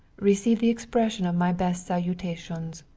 receive the expression of my best salutations,